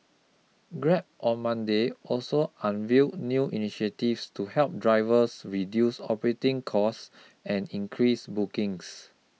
Grab on Monday also unveiled new initiatives to help drivers reduce operating costs and increase bookings